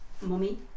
mummy